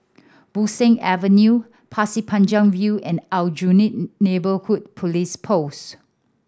Bo Seng Avenue Pasir Panjang View and Aljunied Neighbourhood Police Post